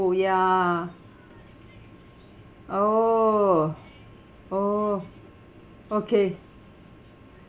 ya oo oh okay